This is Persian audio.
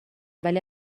ولی